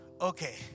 Okay